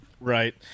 Right